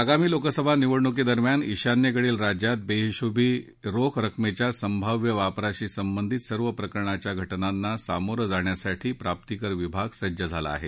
आगामी लोकसभा निवडणुकी दरम्यान ईशान्येकडील राज्यात बेहिशोबी रोख रकमेच्या संभाव्य वापराशी संबंधित सर्व प्रकारच्या घटनांना सामोरं जाण्यासाठी प्राप्तीकर विभाग सज्ज झाला आहे